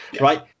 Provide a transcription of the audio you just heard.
Right